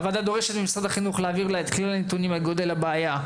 הוועדה דורשת ממשרד החינוך להעביר לה את כלל הנתונים על גודל הבעיה,